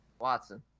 watson